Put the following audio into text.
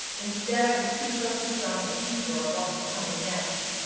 instead, i was too focused on the future or what was coming next.